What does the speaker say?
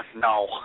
No